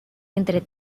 entre